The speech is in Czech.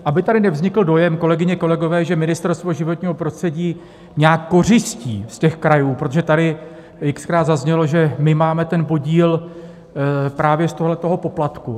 Aby tady nevznikl dojem, kolegyně, kolegové, že Ministerstvo životního prostředí nějak kořistí z těch krajů protože tady xkrát zaznělo, že my máme podíl právě z tohoto poplatku.